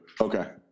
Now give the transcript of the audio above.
Okay